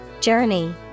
Journey